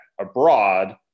abroad